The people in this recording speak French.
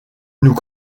nous